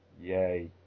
Yay